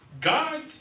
God